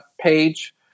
page